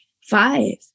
five